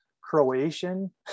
croatian